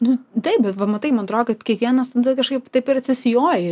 nu taip bet va matai man atrodo kad kiekvienas tada kažkaip taip ir atsisijoja